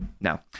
no